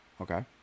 Okay